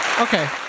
Okay